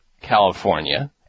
California